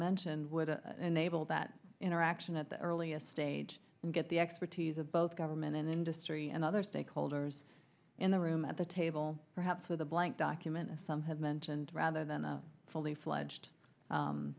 mentioned would enable that interaction at the earliest stage and get the expertise of both government and industry and other stakeholders in the room at the table perhaps with a blank document as some have mentioned rather than a fully fledged